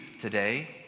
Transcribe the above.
today